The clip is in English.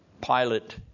Pilate